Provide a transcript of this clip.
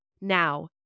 Now